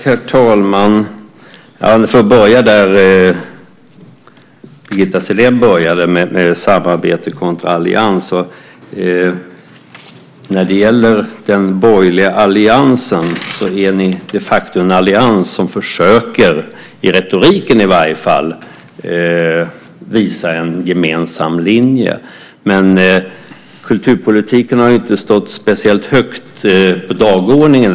Herr talman! Jag får börja där Birgitta Sellén började, med samarbete kontra allians. När det gäller den borgerliga alliansen är ni de facto en allians som försöker, i varje fall i retoriken, visa en gemensam linje. Men kulturpolitiken har inte stått speciellt högt på dagordningen.